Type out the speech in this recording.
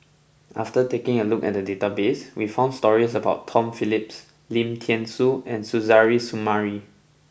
after taking a look at the database we found stories about Tom Phillips Lim Thean Soo and Suzairhe Sumari